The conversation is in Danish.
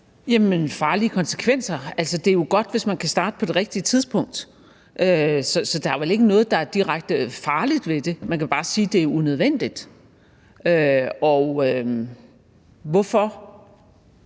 farlige konsekvenser? Det er jo godt, hvis man kan starte på det rigtige tidspunkt. Der er vel ikke noget, der er direkte farligt ved det. Man kan bare sige, det er unødvendigt. Og hvorfor